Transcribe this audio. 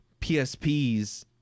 PSPs